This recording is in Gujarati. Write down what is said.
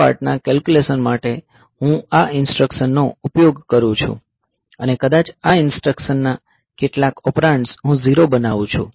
આ પાર્ટના કેલ્ક્યુલેશન માટે હું આ ઈન્સ્ટ્રકશન નો ઉપયોગ કરું છું અને કદાચ આ ઈન્સ્ટ્રકશનના કેટલાક ઓપરેન્ડ્સ હું ઝીરો બનાવું છું